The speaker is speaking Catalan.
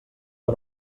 que